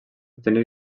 obtenir